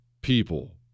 people